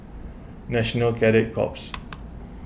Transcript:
National Cadet Corps